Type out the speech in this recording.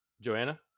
joanna